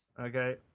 Okay